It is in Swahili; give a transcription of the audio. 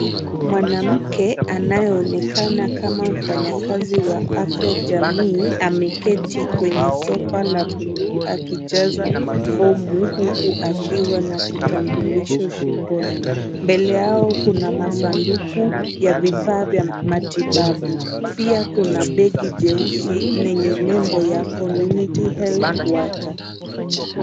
Mwanamke anayeonekana kama mfanyikazi wa afya jamii. ameketi Kwenye sofa la bluu akicheza homu. huku akiwa na kitambulisho shingoni. mbele yao kuna masanduku ya vivaa vya matibabu pia kuna beki cheusi lenye nembo yake ni (cs) community health worker(cs).